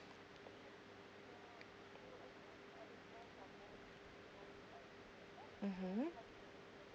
mmhmm